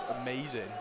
amazing